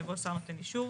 יבוא שר נותן אישור.